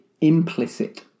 implicit